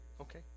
Okay